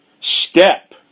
step